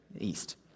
east